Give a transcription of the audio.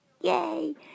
Yay